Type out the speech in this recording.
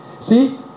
See